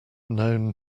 known